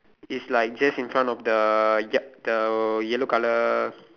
is like just in front of the yup the yellow colour